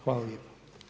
Hvala lijepo.